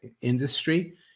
industry